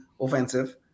offensive